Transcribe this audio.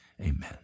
Amen